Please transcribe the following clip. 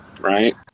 Right